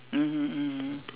mmhmm mmhmm